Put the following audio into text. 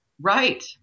Right